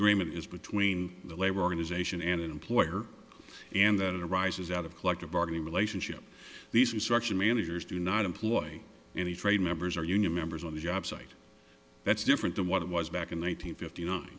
agreement is between the labor organization and employer and that arises out of collective bargaining relationship these are structured managers do not employ any trade members or union members on the job site that's different than what it was back in one thousand fifty nine